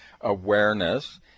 Awareness